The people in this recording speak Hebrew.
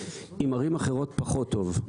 עם ערים אחרות פחות טוב.